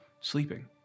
sleeping